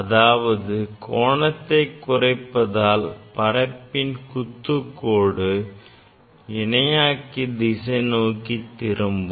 அதாவது கோணத்தை குறைப்பதால் பரப்பின் குத்துக்கோடு இணையாக்கி திசை நோக்கி திரும்பும்